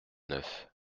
neuf